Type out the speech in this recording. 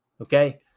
okay